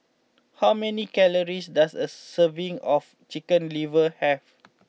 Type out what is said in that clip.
how many calories does a serving of Chicken Liver have